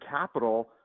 capital